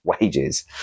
wages